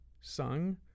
sung